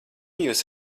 jūs